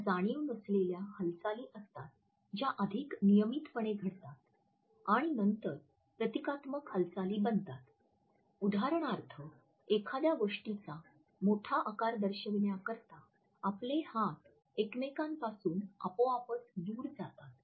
त्या जाणीव नसलेल्या हालचाली आहेत ज्या अधिक नियमितपणे घडतात आणि नंतर प्रतीकात्मक हालचाली बनतात उदाहरणार्थ एखाद्या गोष्टीचा मोठा आकार दर्शविण्याकरिता आपले हात एकमेकांपासून आपोआपच दूर जातात